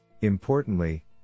Importantly